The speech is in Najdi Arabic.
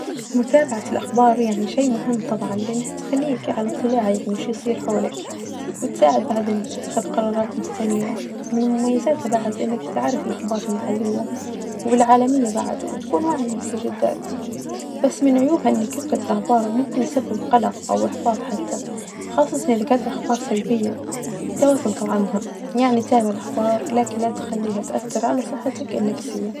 متابعة الأخبار شئ مهم طبها لأنها تخليك علي إطلاع يعني بشئ بصير حولك، وتساعد بعدين تتخذ قرارات مستنيرة، من مميزاتها بعد إنك بتعرف أخبار محلية والعالمية بعد وتكون واعي بالمستجدات ،بس من عيوبها أن كثرة الأخبار ممكن يسبب قلق أو إحباط حتي خاصة إذا كانت أخبار سلبية، متابعتها طبعا مهم يعني تابع الأخبار لكن لا تخليها تأثر علي صحتك النفسية.